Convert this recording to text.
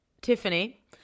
Tiffany